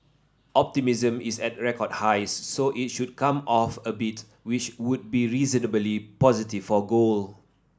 optimism is at record highs so it should come off a bit which would be reasonably positive for gold